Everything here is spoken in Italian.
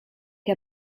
che